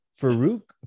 Farouk